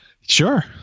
Sure